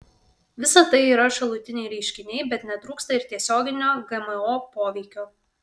visa tai yra šalutiniai reiškiniai bet netrūksta ir tiesioginio gmo poveikio